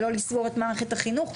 ולא לסגור את מערכת החינוך,